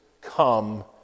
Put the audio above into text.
come